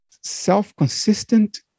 self-consistent